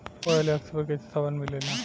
OLX पर कइसन सामान मीलेला?